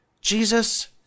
Jesus